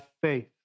faith